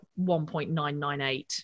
1.998